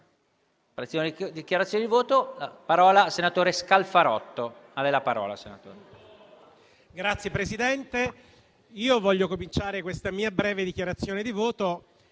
Signor Presidente, voglio cominciare questa mia breve dichiarazione di voto